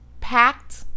packed